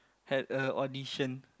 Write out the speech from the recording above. had a audition